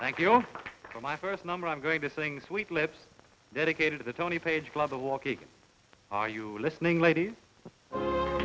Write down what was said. thank you for my first number i'm going to sing sweetlips dedicated to the tony page love the walking are you listening ladies o